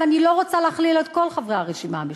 ואני לא רוצה להכליל את כל חברי הרשימה המשותפת,